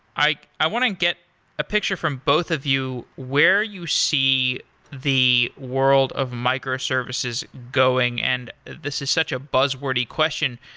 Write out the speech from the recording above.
i want want to get a picture from both of you where you see the world of microservices going, and this is such a buzz-wordy question.